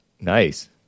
Nice